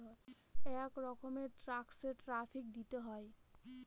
এক রকমের ট্যাক্সে ট্যারিফ দিতে হয়